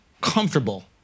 comfortable